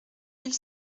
mille